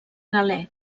galè